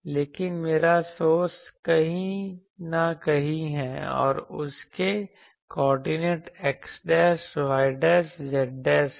लेकिन मेरा सोर्स कहीं न कहीं है और उसके कोऑर्डिनेट xyz है